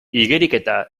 igeriketa